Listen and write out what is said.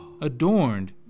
adorned